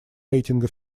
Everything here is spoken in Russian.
рейтинга